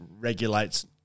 regulates